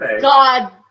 god